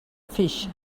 fish